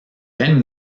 then